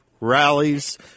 rallies